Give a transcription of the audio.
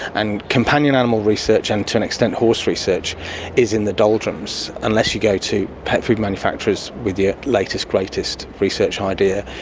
and companion animal research and to an extent horse research is in the doldrums unless you go to pet food manufacturers with your latest greatest research idea,